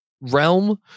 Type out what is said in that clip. realm